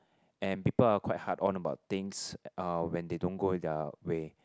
and people are quite hard on about things uh when they don't go at their way